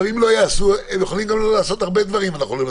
הם יכולים לא לעשות הרבה דברים.